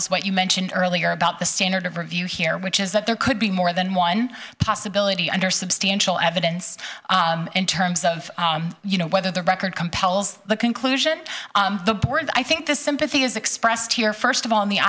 what you mentioned earlier about the standard of review here which is that there could be more than one possibility under substantial evidence in terms of you know whether the record compels the conclusion of the board i think the sympathy is expressed here first of all in the